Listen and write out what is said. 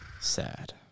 sad